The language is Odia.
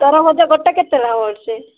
ତରଭୁଜ ଗୋଟେ କେତେ ଲେଖାଏଁ ପଡ଼ୁଛି